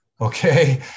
okay